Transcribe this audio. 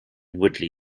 woodley